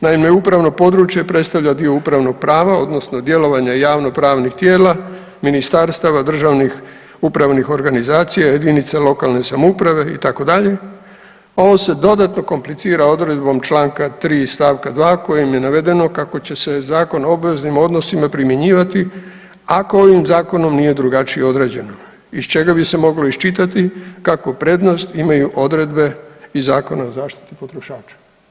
Naime, upravno područje predstavlja dio upravnog prava, odnosno djelovanja javno-pravnih tijela, ministarstava, državnih upravnih organizacija, jedinice lokalne samouprave itd. a ovo je dodatno komplicira odredbom članka 3. stavka 2. kojim je navedeno kako će se Zakon o obveznim odnosima primjenjivati ako ovim zakonom nije drugačije određeno iz čega bi se moglo iščitati kako prednost imaju odredbe iz Zakona o zaštiti potrošača.